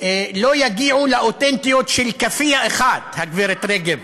לא יגיעו לאותנטיות של כאפיה אחת, גב' רגב.